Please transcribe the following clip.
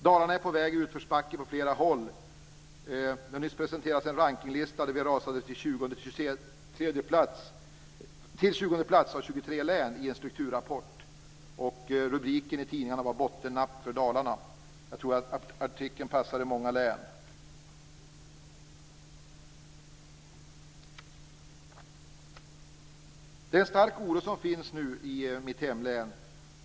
Dalarna är på väg utför backen i flera avseenden. Det har nyss presenterats en rankinglista i en strukturrapport där Dalarna hade placerats på 20:e plats av 23 län. Rubriken i tidningarna var Bottennapp för Dalarna. Det råder en stark oro i mitt hemlän.